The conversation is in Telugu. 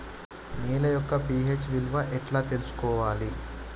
నేల యొక్క పి.హెచ్ విలువ ఎట్లా తెలుసుకోవాలి?